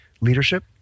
leadership